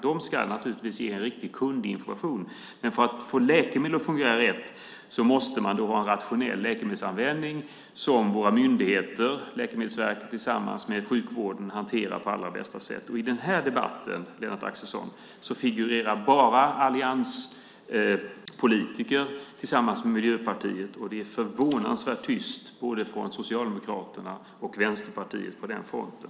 De ska naturligtvis ge riktig kundinformation, men för att få läkemedel att fungera rätt måste man ha en rationell läkemedelsanvändning som våra myndigheter, Läkemedelsverket tillsammans med sjukvården, hanterar på allra bästa sätt. I den här debatten, Lennart Axelsson, figurerar bara allianspolitiker tillsammans med Miljöpartiet. Det är förvånansvärt tyst både från Socialdemokraterna och från Vänsterpartiet på den fronten.